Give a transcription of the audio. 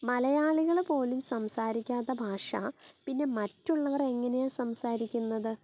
മലയാളികൾ പോലും സംസാരിക്കാത്ത ഭാഷ പിന്നെ മറ്റുള്ളവർ എങ്ങനെയാ സംസാരിക്കുന്നത്